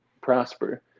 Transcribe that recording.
prosper